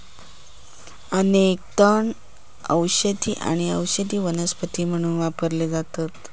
अनेक तण औषधी आणि औषधी वनस्पती म्हणून वापरले जातत